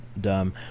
dumb